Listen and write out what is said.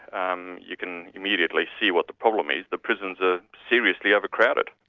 um you can immediately see what the problem is. the prisons are seriously overcrowded.